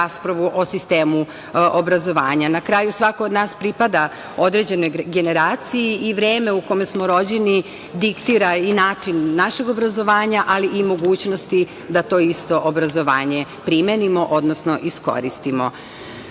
o sistemu obrazovanja. Na kraju, svako od nas pripada određenoj generaciji i vreme u kome smo rođeni diktira i način našeg obrazovanja, ali i mogućnosti da to isto obrazovanje primenimo, odnosno iskoristimo. Društvo